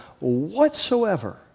whatsoever